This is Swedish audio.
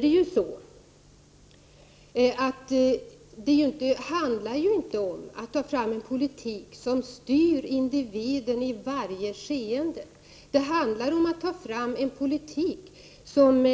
Det handlar inte om att ta fram en politik som styr individen i varje skeende. Det handlar om att ta fram en politik som